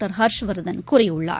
பரவல் ஹர்ஷ்வர்தன் கூறியுள்ளார்